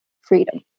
freedom